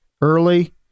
early